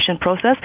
process